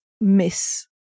miss